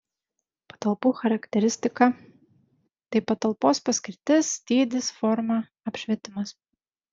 patalpų charakteristika tai patalpos paskirtis dydis forma apšvietimas